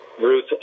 Ruth